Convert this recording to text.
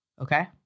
okay